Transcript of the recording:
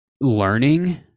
learning